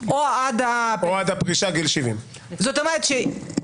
האם הפסיקה האמריקאית על ביטול הזכות להפלות מבטאת את הרצון של העם